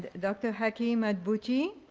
dr. haki madhubuti,